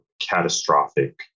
catastrophic